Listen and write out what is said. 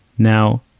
now,